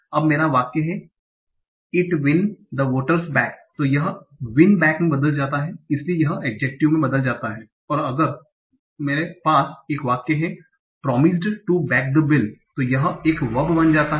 अब मेरा वाक्य हैं it win the voters back हैं तो यह विन बेक में बदल जाता हैं इसलिए यह एड्जेक्टिव में बदल जाता है और अगर मेरे पास एक वाक्य है promised to back the bill तो यह एक वर्ब बन जाता है